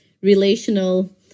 relational